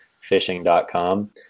fishing.com